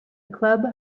club